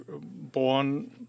born